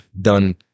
done